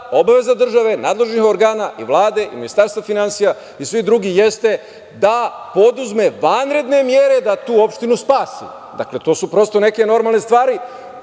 obaveza države, nadležnih organa, Vlade, Ministarstva finansija i svih drugih jeste da preduzme vanredne mere da tu opštinu spasi. Dakle, to su prosto neke normalne stvari.U